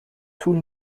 طول